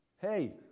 Hey